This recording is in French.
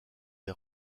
des